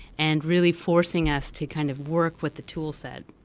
and really forcing us to kind of work with the toolset,